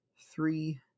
three